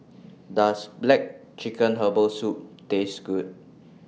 Does Black Chicken Herbal Soup Taste Good